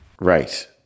Right